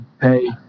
pay